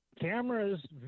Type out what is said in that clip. cameras